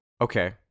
Okay